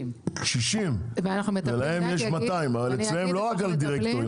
60. ולהם יש 200. אצלם לא רק על דירקטוריון.